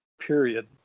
period